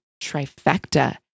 trifecta